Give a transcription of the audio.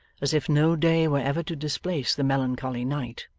as if no day were ever to displace the melancholy night.